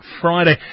Friday